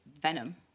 venom